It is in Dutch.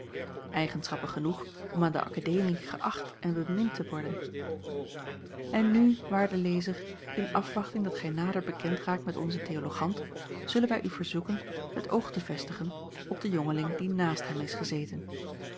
eigenschappen genoeg om aan de akademie geächt en bemind te worden en nu waarde lezer in afwachting dat gij nader bekend raakt met onzen theologant zullen wij u verzoeken het oog te vestigen op den jongeling die naast hem is gezeten